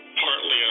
partly